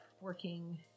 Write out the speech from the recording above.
working